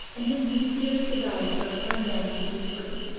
and who sincerely desire to prepare men to be free.